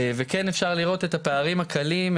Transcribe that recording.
וכן אפשר לראות את הפערים הקלים,